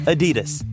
Adidas